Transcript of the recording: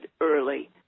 early